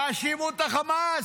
תאשימו את החמאס.